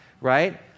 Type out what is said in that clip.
right